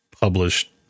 published